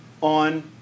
on